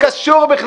אתה חוצפה.